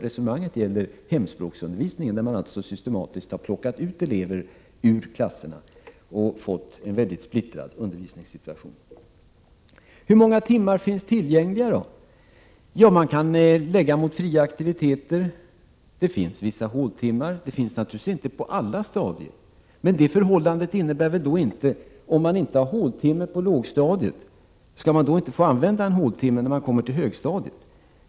Resonemanget gäller hemspråksundervisningen i de fall där man systematiskt har plockat ut elever från klasserna och därmed gett upphov till en mycket splittrad undervisningssituation. Hur många timmar finns då tillgängliga? Ja, man kan ta fasta på de fria aktiviteterna, och det finns vissa håltimmar — men naturligtvis inte på alla stadier. Men det förhållandet innebär väl ändå inte att man bara därför att man inte har håltimme på lågstadiet inte skall få använda en håltimme på högstadiet.